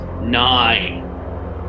nine